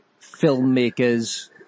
filmmakers